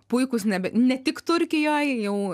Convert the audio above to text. puikūs ne tik turkijoj jau